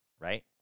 right